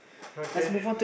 okay